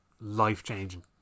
life-changing